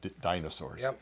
dinosaurs